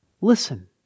Listen